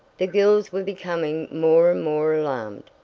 the girls were becoming more and more alarmed,